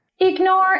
Ignore